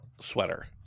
sweater